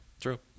True